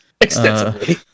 Extensively